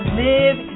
live